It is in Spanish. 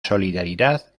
solidaridad